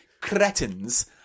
cretins